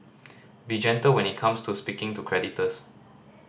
be gentle when it comes to speaking to creditors